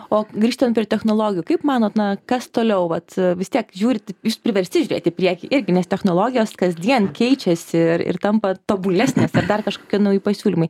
o grįžtant prie technologijų kaip manot na kas toliau vat vis tiek žiūrit jūs priversti žiūrėt į priekį irgi nes technologijos kasdien keičiasi ir tampa tobulesnės ar dar kažkokie nauji pasiūlymai